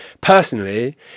personally